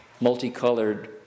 multicolored